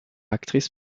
actrice